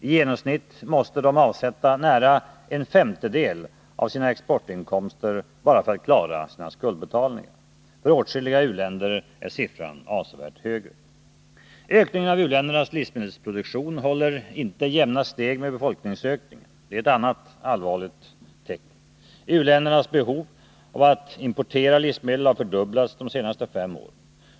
I genomsnitt måste de avsätta nära en femtedel av sina exportinkomster för att klara sina skuldbetalningar. För åtskilliga u-länder är siffran avsevärt högre. Ökningen av u-ländernas livsmedelsproduktion håller inte jämna steg med befolkningsökningen — det är ett annat allvarligt tecken. U-ländernas behov av att importera livsmedel har fördubblats de senaste fem åren.